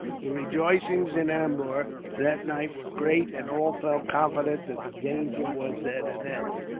the rejoicings in ambur that night were great, and all felt confident that the danger was at an end.